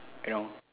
you know